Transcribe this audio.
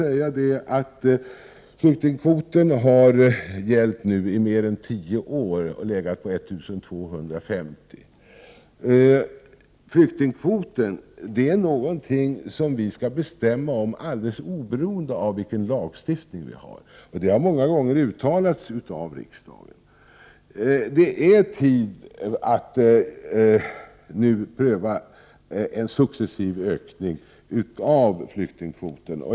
Flyktingkvoten har gällt i mer än tio år och varit 1 250. Flyktingkvoten är något som man skall fatta beslut om oavsett vilken lagstiftning Sverige har. Det har många gånger uttalats av riksdagen. Det är nu dags att pröva en successiv ökning av flyktingkvoten.